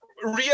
Real